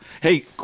Hey